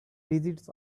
digits